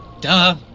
Duh